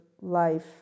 life